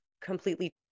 completely